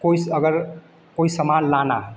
कोई अगर कोई सामान लाना है